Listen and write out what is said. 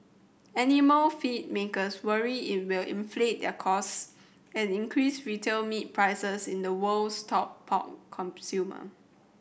animal feed makers worry it will inflate their costs and increase retail meat prices in the world's top pork consumer